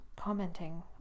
commenting